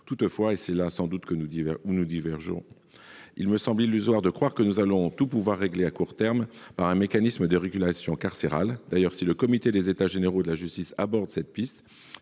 Toutefois, et c’est sans doute sur ce point que nous divergeons, il me semble illusoire de croire que nous allons pouvoir tout régler à court terme un mécanisme de régulation carcérale. D’ailleurs, si le comité des États généraux de la justice aborde cette piste,